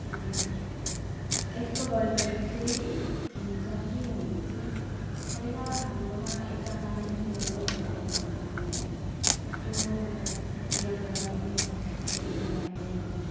अनि यस्तो गरेपछि चाहिँ हुन्छ के भनेपछि पहिला हाम्रोमा एउटा कहानी सुनाउनु भएको थियो हाम्रो आमाले यस्तो मतलब यमराज आउनुभएको थियो भाइलाई लिनु